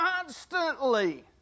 constantly